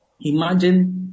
imagine